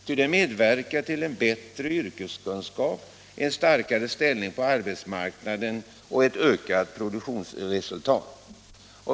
En sådan medverkar till bättre yrkeskunskaper, en starkare ställning på arbetsmarknaden och ett ökat produktionsresultat.